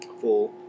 full